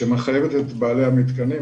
שמחייבת את בעלי המתקנים,